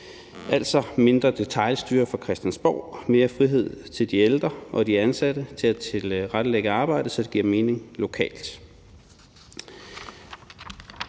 altså mindre detailstyring fra Christiansborgs side, mere frihed til de ældre og til de ansatte til at tilrettelægge arbejdet, så det giver mening lokalt.